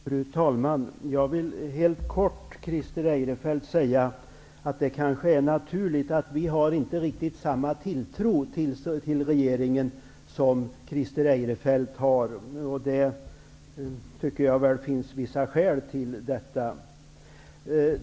Fru talman! Jag vill helt kortfattat säga till Christer Eirefelt att det kanske är naturligt att vi inte har riktigt samma tilltro till regeringen som Christer Eirefelt har. Det tycker jag att det finns vissa skäl för.